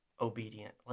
obedient